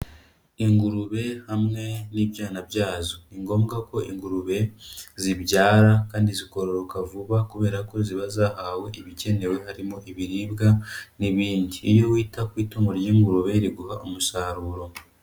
Ingurube hamwe n'ibyana byazo, ni ngombwa ko ingurube zibyara kandi zikororoka vuba kubera ko ziba zahawe ibikenewe, harimo ibiribwa n'ibindi, iyo wita ku itungo ry'ingurube riguha umusaruro.